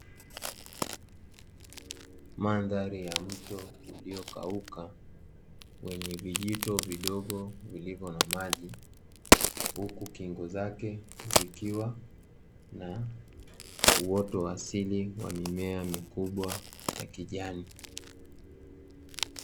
Mandhari ya mto uliokauka wenye vijito vidogo vilivyo na maji Huku kingo zake, zikiwa na uoto wa asili wa mimea mikubwa ya kijani.